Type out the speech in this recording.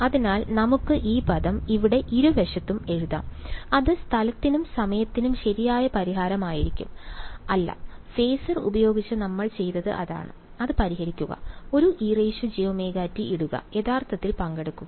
അതിനാൽ നമുക്ക് ഈ പദം ഇവിടെ ഇരുവശത്തും എഴുതാം അത് സ്ഥലത്തിലും സമയത്തിലും ശരിയായ പരിഹാരമായിരിക്കും അല്ല ഫേസർ ഉപയോഗിച്ച് നമ്മൾ ചെയ്തത് അതാണ് അത് പരിഹരിക്കുക ഒരു ejωt ഇടുക യഥാർത്ഥത്തിൽ പങ്കെടുക്കുക